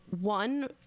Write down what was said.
one